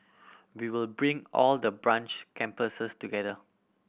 we will bring all the branch campuses together